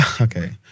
Okay